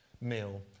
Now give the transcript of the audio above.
meal